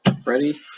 Ready